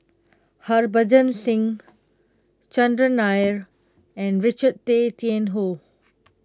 Harbans Singh Chandran Nair and Richard Tay Tian Hoe